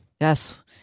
Yes